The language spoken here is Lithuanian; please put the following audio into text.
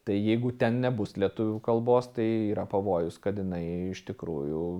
tai jeigu ten nebus lietuvių kalbos tai yra pavojus kad jinai iš tikrųjų